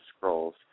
scrolls